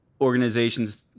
organizations